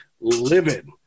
livid